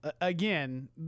again